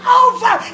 over